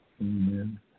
Amen